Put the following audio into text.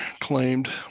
claimed